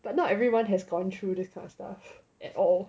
but not everyone has gone through this kind of stuff at all